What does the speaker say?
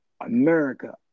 America